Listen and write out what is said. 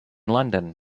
london